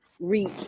reach